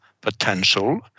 potential